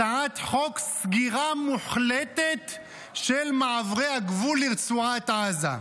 הצעת חוק סגירה מוחלטת של מעברי הגבול לרצועת עזה.